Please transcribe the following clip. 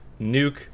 nuke